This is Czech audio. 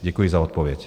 Děkuji za odpověď.